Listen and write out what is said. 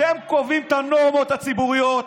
אתם קובעים את הנורמות הציבוריות,